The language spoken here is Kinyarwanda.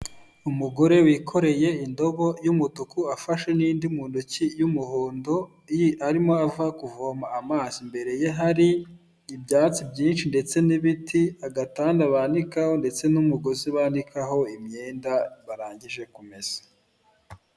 Umugore wikoreye indobo y'umutuku afashe n'indi mu ntoki y'umuhondo arimo ava kuvoma amazi imbere ye hari ibyatsi byinshi ndetse n'ibiti agatanda banikaho ndetse n'umugozi banikaho imyenda barangije kumesa.